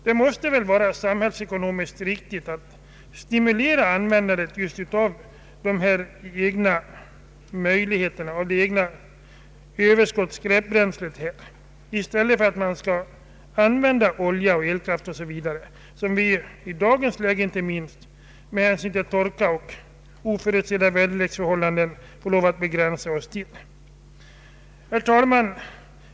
Det måste väl vara samhällsekonomiskt riktigt att stimulera användandet av det egna överskottsbränslet i stället för olja eller elkraft, som vi inte minst i dagens läge med hänsyn till torka och oförutsedda väderleksförhållanden bör spara på. Herr talman!